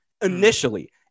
initially